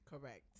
Correct